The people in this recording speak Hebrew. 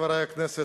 חברי הכנסת,